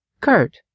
Kurt